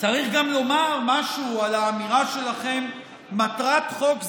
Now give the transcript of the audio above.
צריך גם לומר משהו על האמירה שלכם: "מטרת חוק זה,